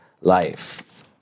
life